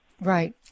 Right